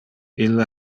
ille